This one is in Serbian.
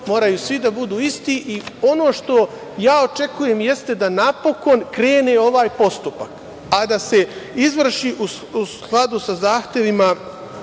moraju svi da budu isti. Ono što očekujem jeste da napokon krene ovaj postupak, a da se izvrši u skladu sa zahtevima